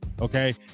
Okay